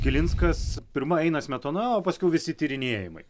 kilinskas pirma eina smetona o paskiau visi tyrinėjimai